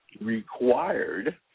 required